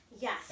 Yes